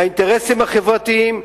לאינטרסים החברתיים,